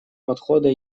подхода